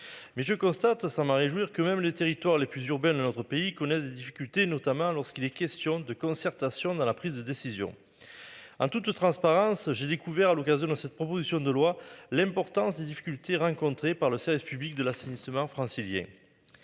Mais je constate sans m'en réjouir que même les territoires les plus urbaine, notre pays connaissent des difficultés, notamment lorsqu'il est question de concertation dans la prise de décision. En toute transparence. J'ai découvert à l'occasion de cette proposition de loi, l'importance des difficultés rencontrées par le service public de l'assainissement francilien.